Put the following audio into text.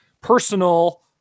personal